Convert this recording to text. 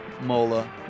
Mola